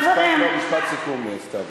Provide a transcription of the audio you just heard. משפט סיכום, סתיו.